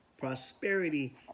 Prosperity